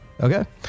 okay